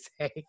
say